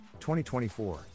2024